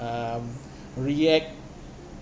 um react